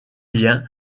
lien